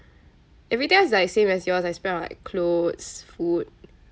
everything else is like same as yours I spend on like clothes food